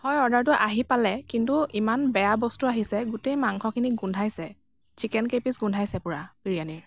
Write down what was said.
হয় অৰ্ডাৰটো আহি পালে কিন্তু ইমান বেয়া বস্তু আহিছে গোটেই মাংসখিনি গোন্ধাইছে চিকেনকেইপিচ গোন্ধাইছে পূৰা বিৰিয়ানিৰ